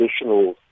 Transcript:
additional